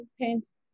paints